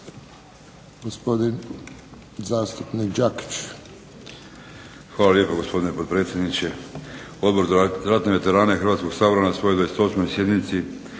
Hvala